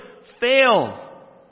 fail